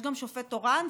יש גם שופט תורן,